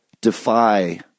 defy